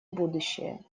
будущее